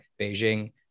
Beijing